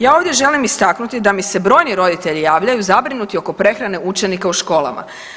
Ja ovdje želim istaknuti da mi se brojni roditelji javljaju zabrinuti oko prehrane učenika u školama.